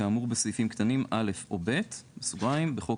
כאמור בסעיפים קטנים (א) או (ב) (בחוק